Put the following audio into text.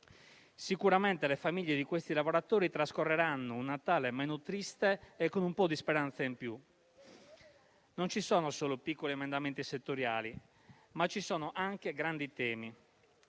Sicuramente le famiglie di questi lavoratori trascorreranno un Natale meno triste e con un po' di speranza in più. Non ci sono solo piccoli emendamenti settoriali, ma anche grandi temi: